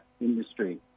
industry